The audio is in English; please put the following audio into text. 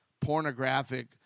pornographic